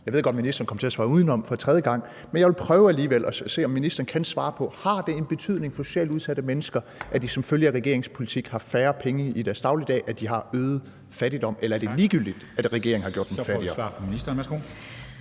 Jeg ved godt, at ministeren kom til at svare udenom for tredje gang, men jeg vil alligevel prøve at se, om ministeren kan svare. Har det en betydning for socialt udsatte mennesker, at de som følge af regeringens politik har færre penge i deres dagligdag, at de oplever øget fattigdom, eller er det ligegyldigt, at regeringen har gjort dem fattigere? Kl. 13:38 Formanden (Henrik